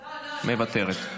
מוותרת.